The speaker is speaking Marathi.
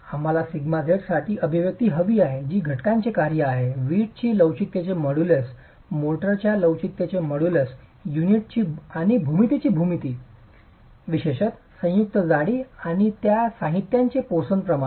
आम्हाला σz साठी अभिव्यक्ती हवी आहे जी घटकांचे कार्य आहे वीटची लवचिकताचे मॉड्यूलस मोर्टारच्या लवचिकतेचे मॉड्यूलस युनिटची आणि भूमितीची भूमिती विशेषत संयुक्त जाडी आणि या साहित्यांचे पोसन प्रमाण